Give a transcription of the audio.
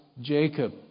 Jacob